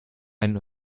ein